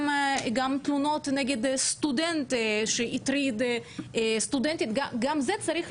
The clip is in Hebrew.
גם תלונות נגד סטודנט שהטריד סטודנטית צריכות